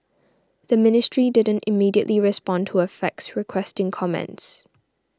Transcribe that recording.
the ministry didn't immediately respond to a fax requesting comments